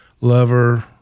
lover